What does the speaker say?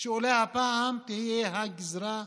שאולי הפעם זו תהיה הגזרה הצפונית.